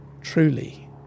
truly